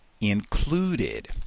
included